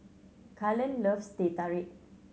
Kalen loves Teh Tarik